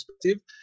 perspective